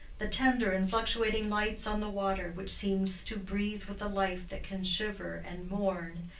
the tender and fluctuating lights on the water which seems to breathe with a life that can shiver and mourn,